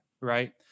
Right